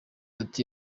ati